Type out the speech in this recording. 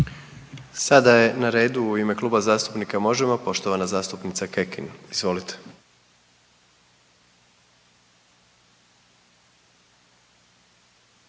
Sada je na redu u ime Kluba zastupnika Možemo poštovana zastupnica Kekin. Izvolite.